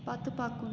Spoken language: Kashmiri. پتہٕ پکُن